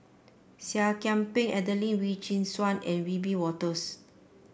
Seah Kian Peng Adelene Wee Chin Suan and Wiebe Wolters